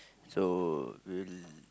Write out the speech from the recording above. so we'll